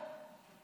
נא לסכם.